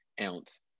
ounce